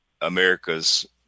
America's